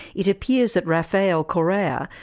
it appears that rafael correa,